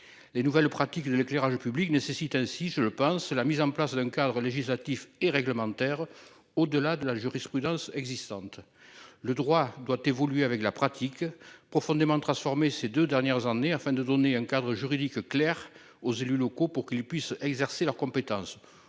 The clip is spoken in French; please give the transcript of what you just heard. Les nouvelles pratiques de l'éclairage public, nécessite ainsi je le pense, la mise en place d'un cadre législatif et réglementaire. Au-delà de la jurisprudence existante. Le droit doit évoluer avec la pratique profondément transformé ces 2 dernières années afin de donner un cadre juridique clair aux élus locaux pour qu'ils puissent exercer leurs compétences